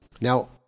Now